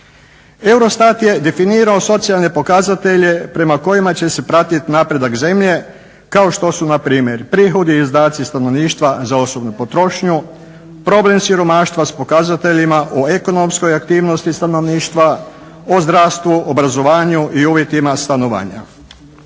EUROSTAT je definirao socijalne pokazatelje prema kojima će se pratit napredak zemlje, kao što su npr. prihodi i izdaci stanovništva za osobnu potrošnju, problem siromaštva s pokazateljima o ekonomskoj aktivnosti stanovništva, o zdravstvu, obrazovanju i uvjetima stanovanja.